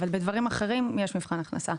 אבל בדברים אחרים יש מבחן הכנסה.